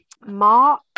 mark